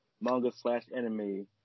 manga-slash-anime